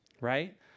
right